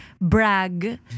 brag